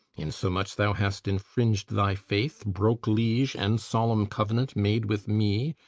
insomuch thou hast infringed thy faith, broke leage and solemn covenant made with me,